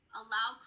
allow